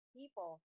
people